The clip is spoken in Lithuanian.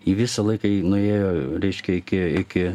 ji visą laiką nuėjo reiškia iki iki